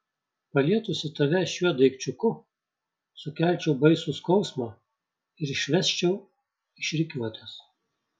palietusi tave šiuo daikčiuku sukelčiau baisų skausmą ir išvesčiau iš rikiuotės